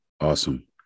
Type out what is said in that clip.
Awesome